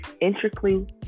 intricately